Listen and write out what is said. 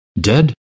Dead